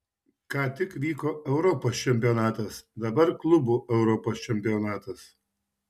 ką tik vyko europos čempionatas dabar klubų europos čempionatas